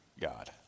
God